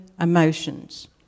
emotions